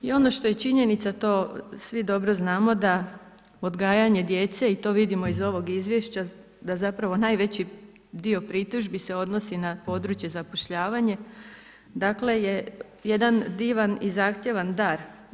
I ono što je činjenica, to svi dobro znamo da odgajanje djece i to vidimo iz tog izvješća da zapravo najveći dio pritužbi se odnosi na područje zapošljavanja je jedan divan i zahtjevan dar.